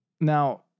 Now